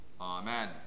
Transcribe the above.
Amen